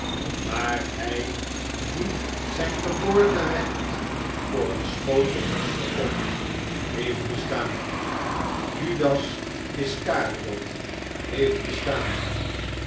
maar hij die zijn geboorterecht voor een schotel moes verkocht heeft bestaan judas iscarioth heeft bestaan